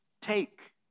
take